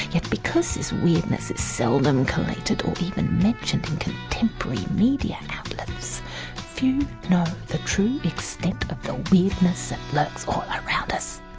yet because this weirdness is seldom collated or even mentioned in contemporary media outlets few know the true extent of the weirdness that lurks all around us.